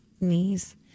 knees